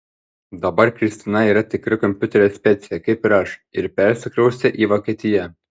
dabar kristina yra tikra kompiuterio specė kaip ir aš ir persikraustė į vokietiją